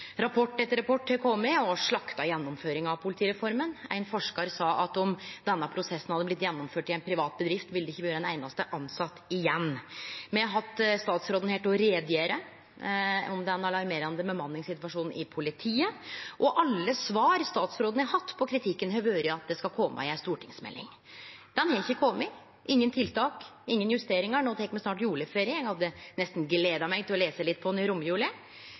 Rapport etter rapport har kome og har slakta gjennomføringa av politireforma. Ein forskar sa at om denne prosessen hadde blitt gjennomført i ei privat bedrift, ville det ikkje ha vore ein einaste tilsett igjen. Me har hatt statsråden her til å gjere greie for den alarmerande bemanningssituasjonen i politiet, og alle svar statsråden har hatt på kritikken, har vore at det skal kome ei stortingsmelding. Ho har ikkje kome – ingen tiltak, ingen justeringar. No tek me snart juleferie, eg hadde nesten gledd meg til å lese litt på